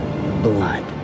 blood